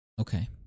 okay